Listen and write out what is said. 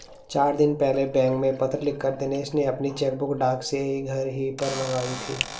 चार दिन पहले बैंक में पत्र लिखकर दिनेश ने अपनी चेकबुक डाक से घर ही पर मंगाई थी